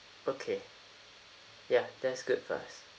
okay ya that's good for us